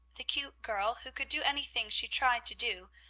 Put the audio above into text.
the cute girl, who could do anything she tried to do,